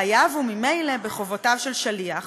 חייב הוא ממילא בחובותיו של שליח,